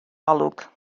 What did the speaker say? olwg